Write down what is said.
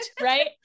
right